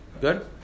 Good